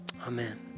Amen